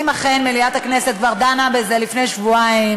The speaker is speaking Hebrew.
אם אכן מליאת הכנסת כבר דנה בזה לפני שבועיים,